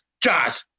Josh